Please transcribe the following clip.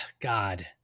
God